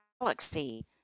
galaxy